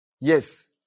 yes